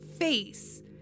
face